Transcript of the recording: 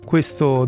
Questo